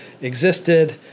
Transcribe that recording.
existed